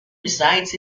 resides